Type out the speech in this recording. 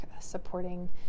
supporting